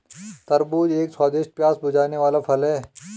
तरबूज एक स्वादिष्ट, प्यास बुझाने वाला फल है